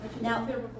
Now